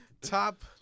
Top